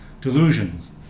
delusions